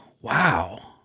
wow